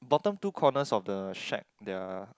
bottom two corners of the shed there are